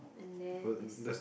and then you sent